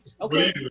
Okay